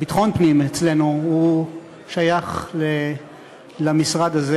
ביטחון הפנים אצלנו, שייכת למשרד הזה.